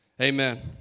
Amen